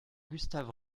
gustave